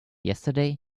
yesterday